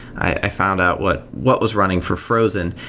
i found out what what was running for frozen.